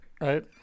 right